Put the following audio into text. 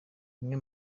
bimwe